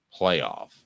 playoff